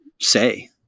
say